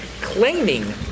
claiming